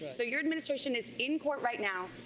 so your administration is in court right now,